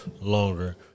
longer